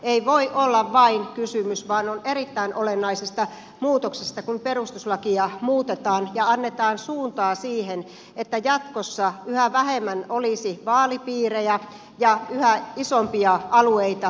ei voi olla vain kysymys vaan kysymys on erittäin olennaisesta muutoksesta kun perustuslakia muutetaan ja annetaan suuntaa siihen että jatkossa yhä vähemmän olisi vaalipiirejä ja yhä isompia alueita vaalipiireinä